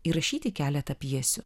įrašyti keletą pjesių